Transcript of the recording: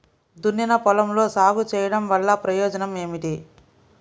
దున్నిన పొలంలో సాగు చేయడం వల్ల ప్రయోజనం ఏమిటి?